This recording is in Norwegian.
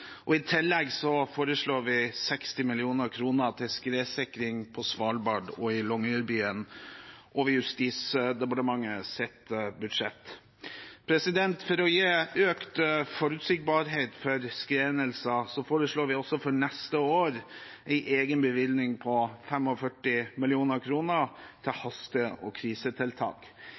I tillegg foreslår vi 60 mill. kr til skredsikring på Svalbard og i Longyearbyen over Justisdepartementets budsjett. For å gi økt forutsigbarhet for skredhendelser foreslår vi også for neste år en egen bevilgning på 45 mill. kr til haste- og krisetiltak.